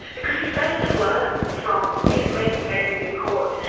because he failed to learn from his many failures in court,